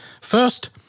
first